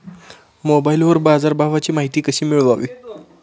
मोबाइलवर बाजारभावाची माहिती कशी मिळवावी?